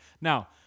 Now